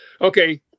Okay